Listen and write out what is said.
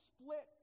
split